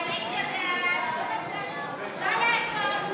חוק למניעת הסתננות (עבירות ושיפוט) (הוראת שעה) (תיקון מס' 4),